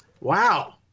Wow